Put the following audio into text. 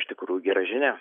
iš tikrųjų gera žinia